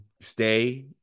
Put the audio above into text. stay